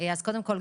אז קודם כול,